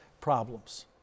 problems